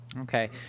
Okay